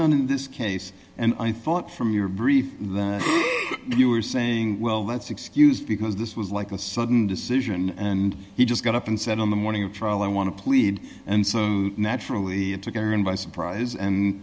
none in this case and i thought from your brief that you were saying well that's excused because this was like a sudden decision and he just got up and said on the morning of trial i want to plead and so naturally together and by surprise and